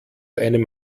einem